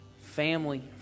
family